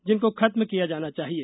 जिनकों खत्म किया जाना चाहिए